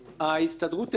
ההסתדרות תדווח,